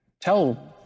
tell